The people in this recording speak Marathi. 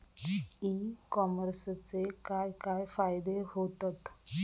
ई कॉमर्सचे काय काय फायदे होतत?